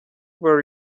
were